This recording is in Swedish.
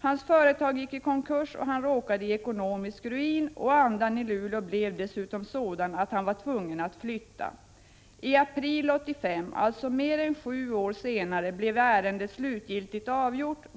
Hans företag gick i konkurs, och han råkade i ekonomisk ruin. Andan i Luleå blev dessutom sådan att han var tvungen att flytta. I april 1985, alltså mer än sju år senare, blev ärendet slutgiltigt avgjort.